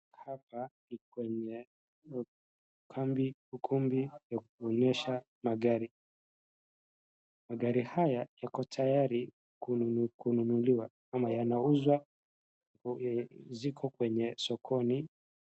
Hapa ni kwenye ukambi ukumbi wa kuonyesha magari. Magari haya yako tayari kunukununuliwa ama yanauza, ziko kwenye sokoni.